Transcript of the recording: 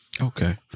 Okay